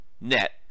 net